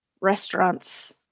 restaurants